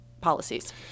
policies